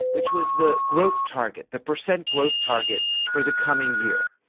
which was the growth target, the percent growth target for the coming year.